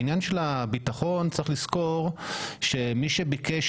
בעניין של הביטחון צריך לזכור שמי שביקש